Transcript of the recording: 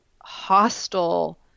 hostile